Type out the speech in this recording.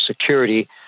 Security